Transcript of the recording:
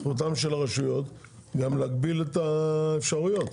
זכותם של הרשויות גם להגביל את האפשרויות.